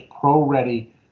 pro-ready